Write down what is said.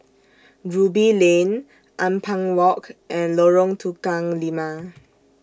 Ruby Lane Ampang Walk and Lorong Tukang Lima